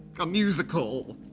a musical.